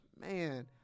man